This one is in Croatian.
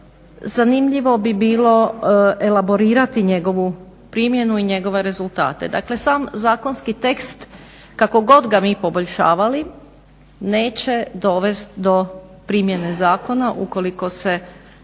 zanimljivo bi bilo elaborirati njegovu primjenu i njegove rezultate. Dakle sam zakonski tekst kako god ga mi poboljšavali neće dovest do primjene zakona ukoliko se